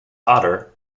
otter